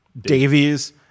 Davies